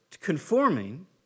conforming